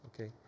okay